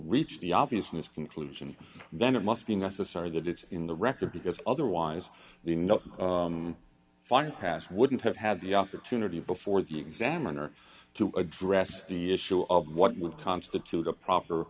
reach the obviousness conclusion then it must be necessary that it's in the record because otherwise the final pass wouldn't have had the opportunity before the examiner to address the issue of what would constitute a proper